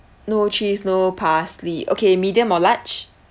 no cheese no parsley okay medium or large